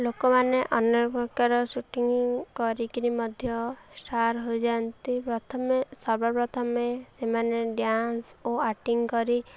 ଲୋକମାନେ ଅନେକ ପ୍ରକାର ସୁଟିଂ କରିକିରି ମଧ୍ୟ ଷ୍ଟାର୍ ହୋଇଯାଆନ୍ତି ପ୍ରଥମେ ସର୍ବପ୍ରଥମେ ସେମାନେ ଡ୍ୟାନ୍ସ ଓ ଆକ୍ଟିଂ କରି